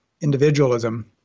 individualism